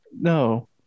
no